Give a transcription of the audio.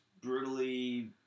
brutally